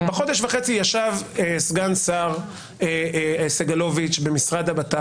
בחודש וחצי ישב סגן השר סגלוביץ' במשרד לביטחון